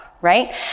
right